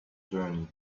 journey